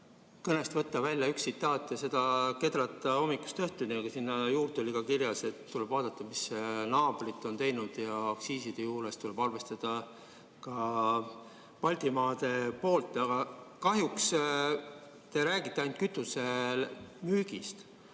kõnest võtta välja üks tsitaat ja seda kedrata hommikust õhtuni, aga seal oli ka kirjutatud, et tuleb vaadata, mis naabrid on teinud, ja aktsiiside juures tuleb arvestada ka Baltimaade poolt. Kahjuks te räägite ainult kütuse müügist.